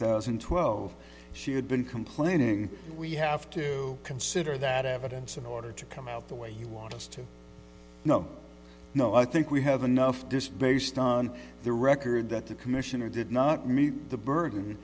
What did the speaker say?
thousand and twelve she had been complaining we have to consider that evidence in order to come out the way you want us to know no i think we have enough just based on the record that the commissioner did not meet the burden